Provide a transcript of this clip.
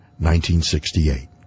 1968